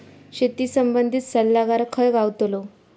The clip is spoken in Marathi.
शेती संबंधित सल्लागार खय गावतलो?